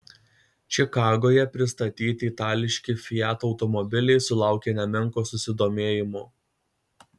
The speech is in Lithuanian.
čikagoje pristatyti itališki fiat automobiliai sulaukė nemenko susidomėjimo